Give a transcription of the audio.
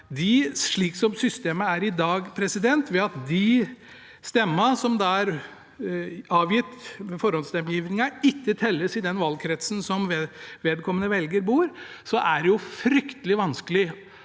Slik systemet er i dag, ved at de stemmene som er avgitt i forhåndsstemmegivningen, ikke telles i den valgkretsen som vedkommende velger bor i, er det fryktelig vanskelig